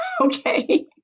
Okay